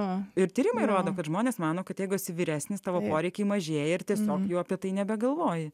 nu ir tyrimai rodo kad žmonės mano kad jeigu esi vyresnis tavo poreikiai mažėja ir nuo jų apie tai nebegalvoji